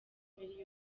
miliyoni